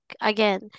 again